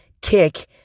kick